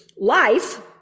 life